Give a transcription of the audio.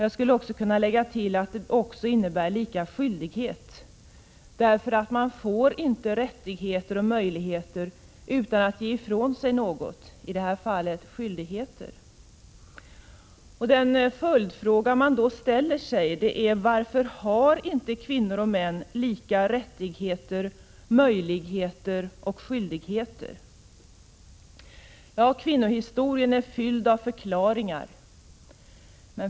Jag skulle kunna tillägga att det också betyder lika skyldigheter. Man får ju inte rättigheter och möjligheter utan att ge ifrån sig något, dvs. man har också skyldigheter. En följdfråga blir då varför kvinnor och män inte har lika rättigheter, möjligheter och skyldigheter. Kvinnohistorien är fylld av förklaringar.